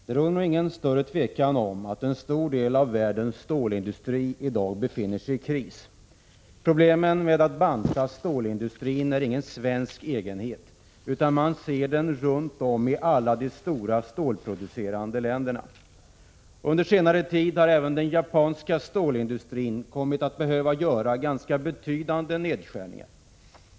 Fru talman! Det råder inget större tvivel om att en stor del av världens stålindustri i dag befinner sig i kris. Problemen med att banta stålindustrin är ingen svensk egenhet, utan man ser den runt om i alla de stora stålproducerande länderna. Under senare tid har även den japanska stålindustrin kommit att behöva göra ganska betydande nedskärningar.